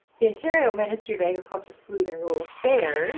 the ontario ministry of agriculture, food and rural affairs